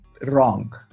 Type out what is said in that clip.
wrong